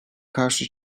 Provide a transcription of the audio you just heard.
karşı